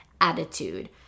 attitude